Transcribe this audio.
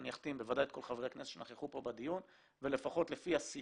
ואני אחתים בוודאי את כל חברי הכסת שנכחו פה בדיון ולפחות לפי הסיעות